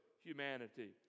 humanity